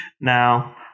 Now